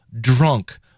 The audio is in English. drunk